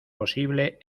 posible